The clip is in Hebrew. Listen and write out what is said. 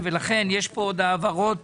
לכן יש פה העברות